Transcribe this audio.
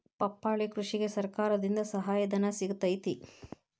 ಪಪ್ಪಾಳಿ ಕೃಷಿಗೆ ಸರ್ಕಾರದಿಂದ ಸಹಾಯಧನ ಸಿಗತೈತಿ